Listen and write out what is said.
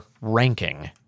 ranking